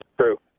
true